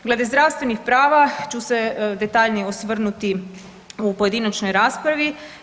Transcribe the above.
Glede zdravstvenih prava ću se detaljnije osvrnuti u pojedinačnoj raspravi.